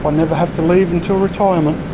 ah never have to leave until retirement.